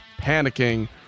panicking